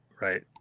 Right